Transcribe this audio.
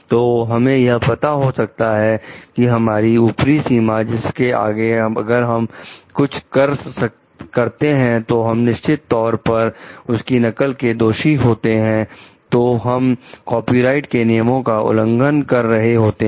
तो हमें यह पता हो सकता है हमारी ऊपरी सीमा जिसके आगे अगर हम कुछ करते हैं तो हम निश्चित तौर पर उसकी नकल के दोषी होते हैं तो हम कॉपीराइट के नियम का उल्लंघन कर रहे होते हैं